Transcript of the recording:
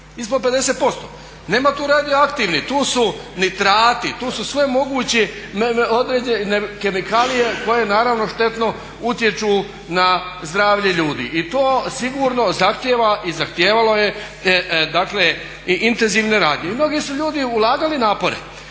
ispod 50%. Nema tu radioaktivnih, tu su nitrati, tu su sve moguće kemikalije koje naravno štetno utječu na zdravlje ljudi i to sigurno zahtjeva i zahtijevalo je dakle i intenzivne radnje i mnogi su ljudi ulagali napore,